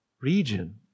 region